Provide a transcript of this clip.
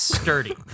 sturdy